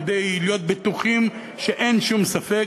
כדי להיות בטוחים שאין שום ספק,